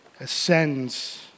ascends